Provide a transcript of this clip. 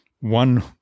one